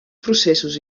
processos